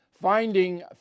Finding